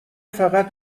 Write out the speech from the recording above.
فقط